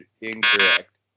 incorrect